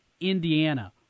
Indiana